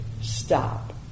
stop